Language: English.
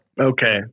okay